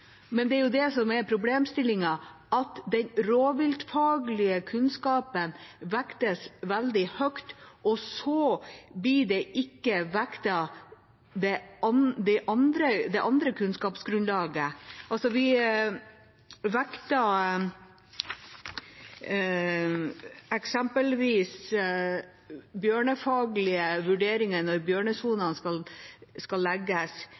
Men det er jo det som er problemstillingen – at den rovviltfaglige kunnskapen vektes veldig høyt, mens det andre kunnskapsgrunnlaget ikke blir vektet. Vi vekter eksempelvis bjørnefaglige vurderinger når bjørnesonene skal legges,